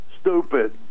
stupid